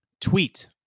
tweet